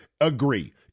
agree